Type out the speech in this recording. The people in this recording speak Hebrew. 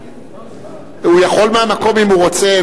הוא יכול מהמקום אם הוא רוצה.